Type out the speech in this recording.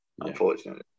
unfortunately